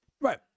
right